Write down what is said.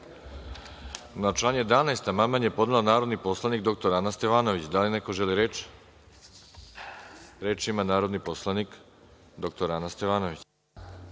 član 29. amandman je podnela narodni poslanik dr Ana Stevanović. Da li neko želi reč? Reč ima narodni poslanik dr Ana Stevanović.